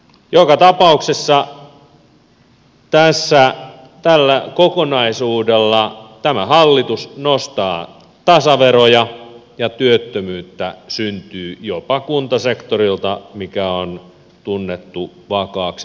joka tapauksessa tällä kokonaisuudella tämä hallitus nostaa tasaveroja ja työttömyyttä syntyy jopa kuntasektorilta joka on tunnettu vakaaksi työnantajaksi